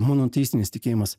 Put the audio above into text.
monoteistinis tikėjimas